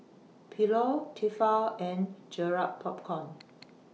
Pilot Tefal and Garrett Popcorn